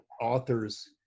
authors